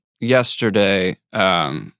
yesterday